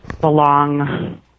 belong